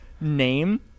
name